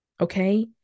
Okay